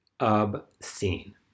obscene